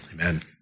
Amen